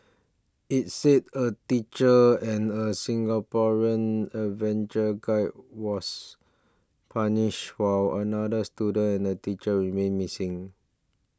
it said a teacher and a Singaporean adventure guide was punished while another student and a teacher remain missing